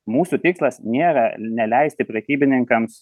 mūsų tikslas nėra neleisti prekybininkams